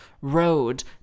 road